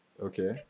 Okay